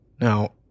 Now